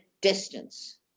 distance